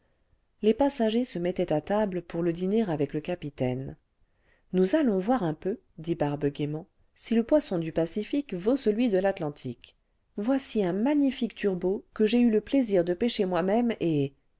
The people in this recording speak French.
les passagers se mettaient à table pour le dîner avec le capitaine ce nous allons voir un peu dit barbe gaiement si le poisson du pacifique vaut celui de l'atlantique voici un magnifique turbot que j'ai eu le plaisir de pêcher moi-même et